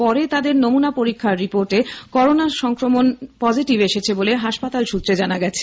পরে তাদের নমুনা পরীক্ষার রিপোর্টে করোনা ভাইরাস সংক্রমণে পজিটিভ এসেছে বলে হাসপাতাল সূত্রে জানা গেছে